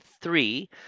three